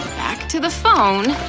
back to the phone.